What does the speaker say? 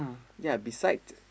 ya beside